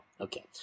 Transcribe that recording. okay